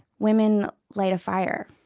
women light a fire,